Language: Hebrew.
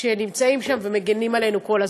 שנמצאים שם ומגינים עלינו כל הזמן.